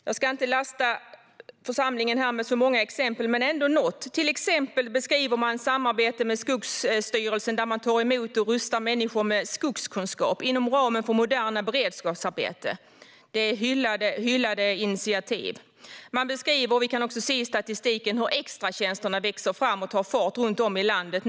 Jag ska inte lasta församlingen här med så många exempel, men jag vill ändå ge något. Till exempel beskrivs samarbetet med Skogsstyrelsen, som tar emot och rustar människor med skogskunskap inom ramen för modernt beredskapsarbete. Det är ett hyllat initiativ. Man beskriver, vilket vi också kan se i statistiken, hur extratjänsterna växer fram och tar fart runt om i landet.